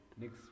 Next